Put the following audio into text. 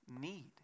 need